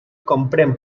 comprèn